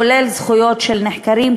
כולל זכויות של נחקרים,